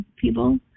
people